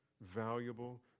Valuable